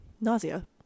nausea